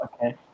okay